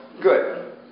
Good